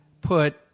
put